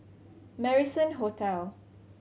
Marrison Hotel